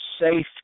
safe